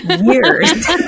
years